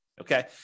Okay